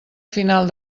final